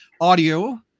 audio